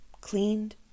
cleaned